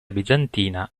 bizantina